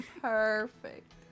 Perfect